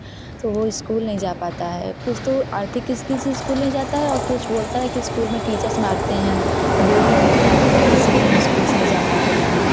तो वह स्कूल नहीं जा पाता है कुछ तो आर्थिक किस किस चीज़ स्कूल नहीं जाता है और कुछ बोलता है कि स्कूल में टीचर्स मारते हैं बोरिंग होता है इसलिए हम स्कूल्स नहीं जा पा रहे हैं